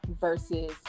versus